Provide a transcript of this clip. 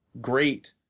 great